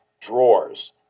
drawers